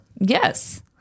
Yes